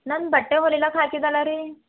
ನನ್ನ ಬಟ್ಟೆ ಹೋಲಿಲಾಕೆ ಹಾಕಿದಲ್ಲ ರೀ